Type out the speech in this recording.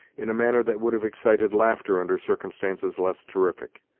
in a manner that would have excited laughter under circumstances less terrific.